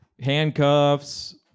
Handcuffs